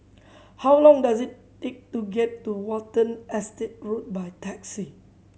how long does it take to get to Watten Estate Road by taxi